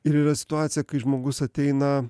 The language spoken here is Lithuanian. ir yra situacija kai žmogus ateina